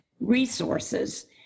resources